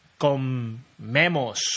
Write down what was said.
comemos